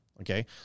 Okay